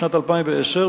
שנת 2010,